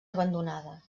abandonada